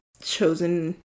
chosen